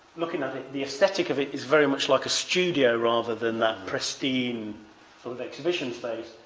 looking at it, the aesthetic of it is very much like a studio rather than that pristine sort of exhibition space.